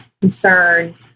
concern